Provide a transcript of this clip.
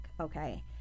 Okay